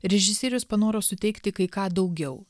režisierius panoro suteikti kai ką daugiau